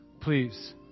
Please